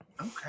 Okay